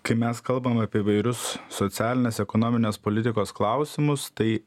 kai mes kalbam apie įvairius socialinės ekonominės politikos klausimus tai